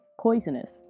poisonous